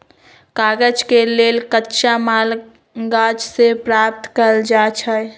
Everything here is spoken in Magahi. कागज के लेल कच्चा माल गाछ से प्राप्त कएल जाइ छइ